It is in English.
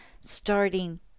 starting